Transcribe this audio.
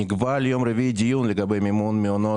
נקבע ליום רביעי דיון לגבי מימון מעונות.